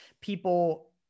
people